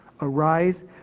Arise